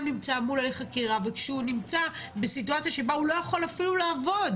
נמצא מול הליך חקירה וכשהוא נמצא בסיטואציה שבה הוא לא יכול אפילו לעבוד,